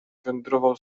wywędrował